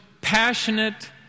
passionate